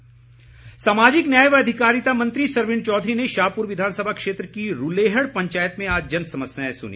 सरवीण चौधरी सामाजिक न्याय व अधिकारिता मंत्री सरवीण चौधरी ने शाहपुर विधानसभा क्षेत्र की रूलेहड़ पंचायत में आज जनसमस्याएं सुनी